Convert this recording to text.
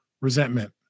resentment